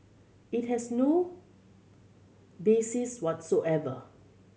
it has no basis whatsoever